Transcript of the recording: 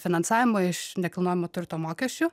finansavimą iš nekilnojamo turto mokesčių